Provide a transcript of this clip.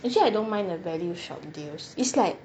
actually I don't mind uh value shop deals is like